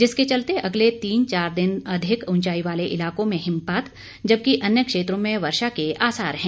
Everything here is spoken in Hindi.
जिसके चलते अगले तीन चार दिन अधिक ऊंचाई वाले इलाकों में हिमपात जबकि अन्य क्षेत्रों में वर्षा के आसार है